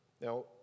Now